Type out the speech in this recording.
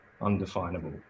undefinable